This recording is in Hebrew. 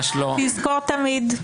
תזכור תמיד.